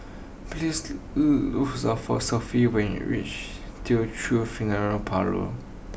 please to for Sophie when you reach Teochew Funeral Parlour